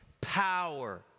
power